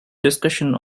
discussion